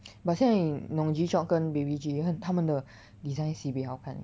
but 现在你懂 G Shock 跟 Baby G 很它们的 design sibei 好看